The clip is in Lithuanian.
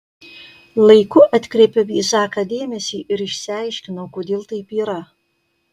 laiku atkreipiau į zaką dėmesį ir išsiaiškinau kodėl taip yra